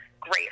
great